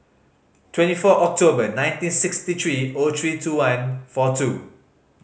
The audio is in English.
twenty four October nineteen sixty three O three two one four two